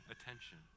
attention